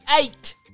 eight